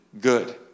good